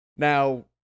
Now